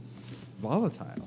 volatile